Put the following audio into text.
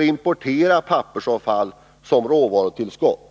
importera pappersavfall som råvarutillskott.